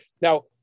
Now